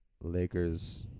Lakers